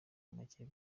make